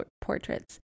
portraits